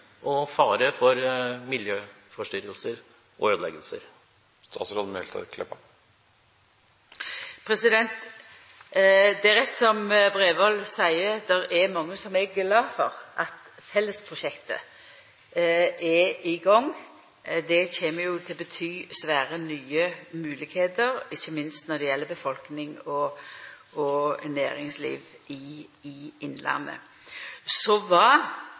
og fare for miljøforstyrrelser og ødeleggelser? Det er rett som Bredvold seier, det er mange som er glade for at fellesprosjektet er i gang. Det kjem til å bety svære, nye moglegheiter, ikkje minst for befolkning og næringsliv i innlandet. Spørsmålet om mudring var også tema i